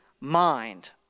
mind